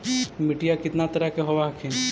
मिट्टीया कितना तरह के होब हखिन?